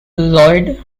lloyd